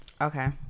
Okay